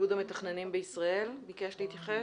מאיגוד המתכננים בישראל ביקש להתייחס.